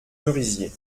merisiers